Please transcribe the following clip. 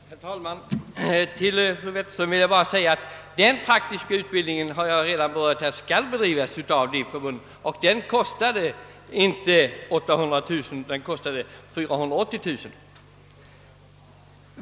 Herr talman! Jag vill säga till fröken Wetterström att den praktiska utbildningen skall bedrivas av nämnda förbund och kosta 480 000 kronor — inte 3800 000.